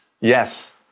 yes